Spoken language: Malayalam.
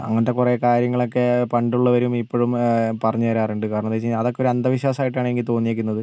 അങ്ങനത്തെ കൊറേ കാര്യങ്ങളക്കെ പണ്ടുള്ളവരും ഇപ്പോഴും പറഞ്ഞ് തരാറുണ്ട് കാരണം എന്താന്ന് വെച്ച് കഴിഞ്ഞാൽ അതൊക്കെ ഒരു അന്ധവിശ്വാസമായിട്ടാണ് എനിക്ക് തോന്നിയേക്കുന്നത്